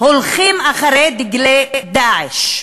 הולכים אחרי דגלי "דאעש".